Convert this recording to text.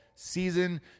season